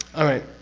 alright.